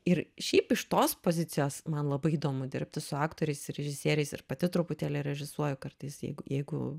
ir šiaip iš tos pozicijos man labai įdomu dirbti su aktoriais ir režisieriais ir pati truputėlį režisuoju kartais jeigu jeigu